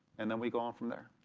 and then we go on from there.